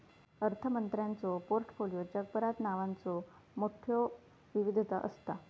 अर्थमंत्र्यांच्यो पोर्टफोलिओत जगभरात नावांचो मोठयो विविधता असता